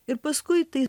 ir paskui tai